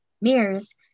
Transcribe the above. mirrors